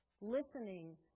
listening